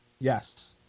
Yes